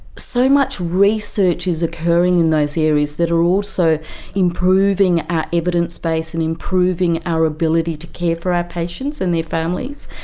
so much research is occurring in those areas that are also improving our evidence base and improving our ability to care for our patients and their families.